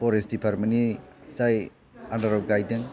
forest दिपार्टमेन्टनि जाय आन्दाराव गायदों